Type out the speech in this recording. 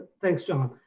thanks john.